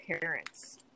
parents